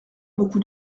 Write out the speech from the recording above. beaucoup